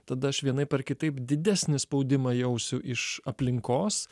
tada aš vienaip ar kitaip didesnį spaudimą jausiu iš aplinkos